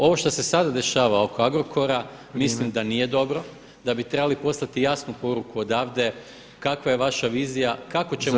Ovo što se sada dešava oko Agrokora mislim da nije dobro, da bi trebali poslati jasnu poruku odavde kakva je vaša vizija kako ćemo